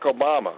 Obama